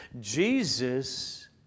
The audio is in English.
Jesus